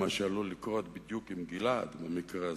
מה שעלול לקרות בדיוק עם גלעד במקרה הזה.